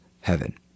heaven